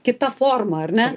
kita forma ar ne